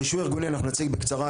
את הרישוי הארגוני אנחנו נציג בקצרה.